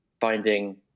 finding